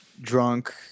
drunk